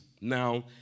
Now